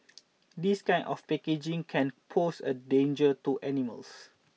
this kind of packaging can pose a danger to animals